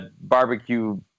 barbecue